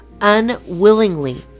Unwillingly